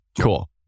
Cool